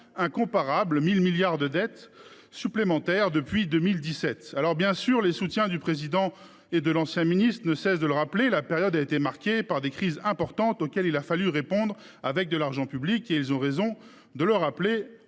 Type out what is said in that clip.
incomparable : 1 000 milliards d’euros de dette supplémentaire depuis 2017 ! Bien sûr, les soutiens du Président de la République et de l’ancien ministre ne cessent de rappeler que la période a été marquée par des crises importantes auxquelles il a fallu répondre avec de l’argent public. Ils ont raison de le rappeler,